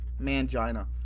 mangina